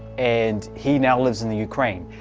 and he now lives in the ukraine.